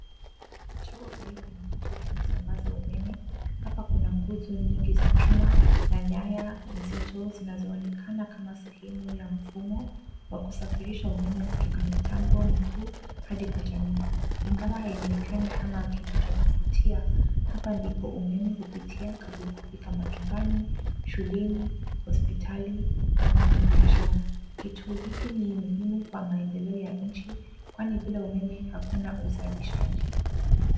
Tuko karibu na kituo cha kusambaza umeme. Hapa kuna nguzo nyingi za chuma na nyaya nzito zinazoonekana kama sehemu ya mfumo wa kusafirisha umeme kutoka mitambo mikuu hadi kwa jamii. Ingawa haionekani kama kitu cha kuvutia, hapa ndipo umeme hupitia kabla ya kufika majumbani, shuleni, hospitali na kwenye biashara. Kituo hiki ni muhimu kwa maendeleo ya nchi kwani bila umeme hakuna uzalishaji.